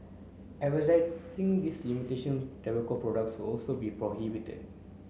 these imitation tobacco products will also be prohibited